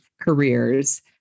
careers